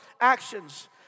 actions